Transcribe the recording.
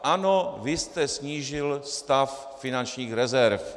Ano, vy jste snížil stav finančních rezerv.